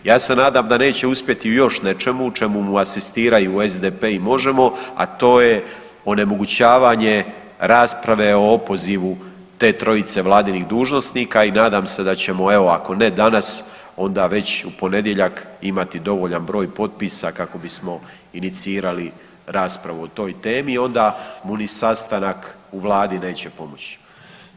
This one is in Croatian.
Ja se nadam da neće uspjeti u još nečemu u čemu mu asistiraju SDP i Možemo, a to je onemogućavanje rasprave o opozivu te trojice vladinih dužnosnika i nadam se da ćemo evo ako ne danas onda već u ponedjeljak imati dovoljan broj potpisa kako bismo inicirali raspravu o toj temi i onda mu ni sastanak u vladi neće pomoći.